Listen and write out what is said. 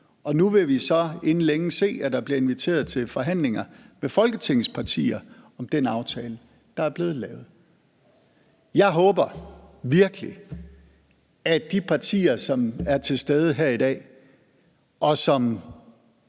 Nu vil vi så inden længe se, der bliver inviteret til forhandlinger med Folketingets partier om den aftale, der er blevet lavet. Jeg håber virkelig, at de partier, som er til stede her i dag, og som